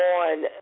on